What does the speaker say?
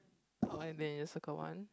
oh and then you circle one